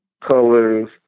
colors